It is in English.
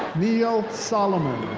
neil solomon.